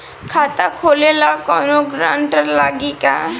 खाता खोले ला कौनो ग्रांटर लागी का?